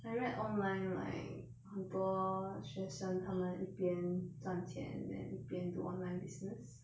I read online like 很多学生他们一边赚钱 then 一边 do online business